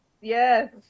Yes